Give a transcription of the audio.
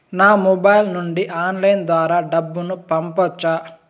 నా మొబైల్ నుండి ఆన్లైన్ ద్వారా డబ్బును పంపొచ్చా